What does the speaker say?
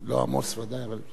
לא עמוס, ודאי.